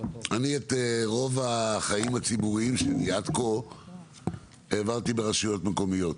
אני את רוב החיים הציבוריים שלי עד כה העברתי ברשויות מקומיות,